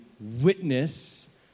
witness